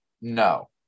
No